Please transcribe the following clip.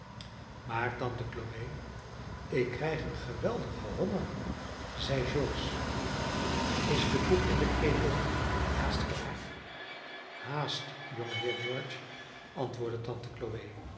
maar tante chloe ik krijg een geweldigen honger zeide george is de koek in de ketel niet haast klaar haast jongeheer george antwoordde tante chloe